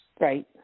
Right